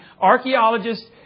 Archaeologists